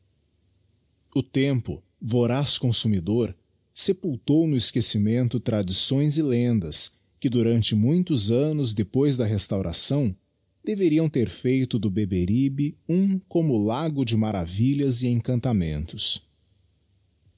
o tempo voraz consumidor sepultou no esquecimento tradições e lendas que durante muitos annos depois da restauração deveriam ter feito do beberibe um como lago de maravilhas e encantamentos